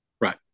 Right